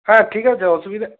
হ্যাঁ ঠিক আছে অসুবিধা